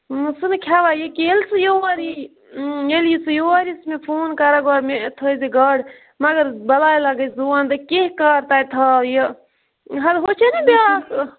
سُہ نہٕ کھیٚوان یہِ کینٛہہ ییٚلہِ سُہ یور یی ییٚلہِ سُہ یور یی سُہ چھ مےٚ فون کران گۄڈٕ مےٚ تھٲیزِ گاڈٕ مگر بَلاے لگے زُو وندے کینٛہہ کر تَتہِ تھاو یہِ ہۄ چھے نٔے بیاکھ